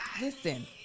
Listen